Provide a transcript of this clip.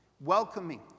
welcoming